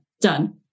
Done